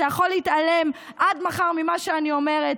אתה יכול להתעלם עד מחר ממה שאני אומרת,